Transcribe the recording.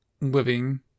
living